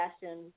fashion